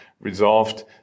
resolved